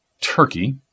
Turkey